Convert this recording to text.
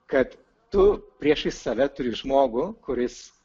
kad tu priešais save turi žmogų kuris